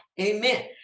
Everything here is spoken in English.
Amen